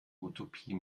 utopie